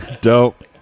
Dope